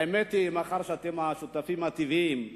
מאחר שאתם השותפים הטבעיים,